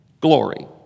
glory